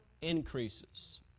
increases